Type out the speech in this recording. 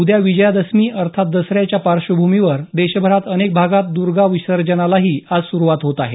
उद्या विजयादशमी अर्थात दसऱ्याच्या पार्श्वभूमीवर देशभरात अनेक भागात दर्गा विसर्जनालाही आज सुरुवात होत आहे